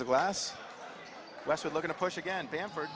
the glass westwood looking to push again bam